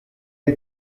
der